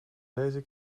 deze